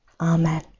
Amen